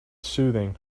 soothing